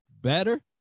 better